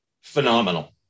Phenomenal